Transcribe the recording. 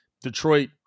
Detroit